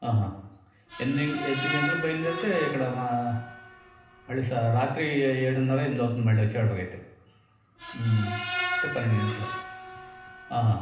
ఆహా ఎంత ఎన్మిది గంటలకు బయలుదేరితే ఇక్కడ మా మళ్ళీ స రాత్రి ఏడున్నర ఎన్మిది అవుతు మళ్ళ వచ్చేసరికి అయితే అంటే పన్నెండు గంటలు ఆహా